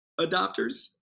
adopters